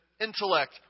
intellect